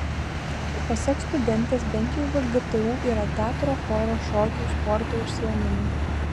pasak studentės bent jau vgtu yra teatro choro šokių sporto užsiėmimai